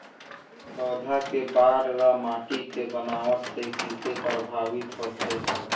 पौधा के बाढ़ ल माटी के बनावट से किसे प्रभावित होथे?